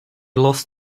lost